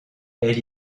elle